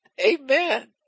Amen